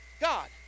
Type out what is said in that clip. God